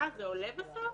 הוא צריך להיות קולו של החוק,